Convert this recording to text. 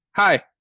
Hi